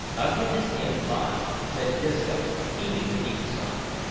ugliness embodied! said disco, heaving a deep sigh.